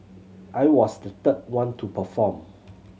I was the third one to perform